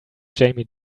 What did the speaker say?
jamie